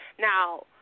Now